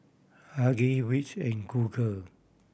Huggies Vicks and Google